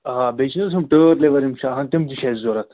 آ بیٚیہِ چھِنہٕ حظ ہُم ٹٲرۍ لِور یِم چھِ آسان تِم تہِ چھِ اَسہِ ضروٗرت